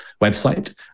website